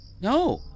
No